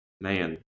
man